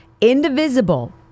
indivisible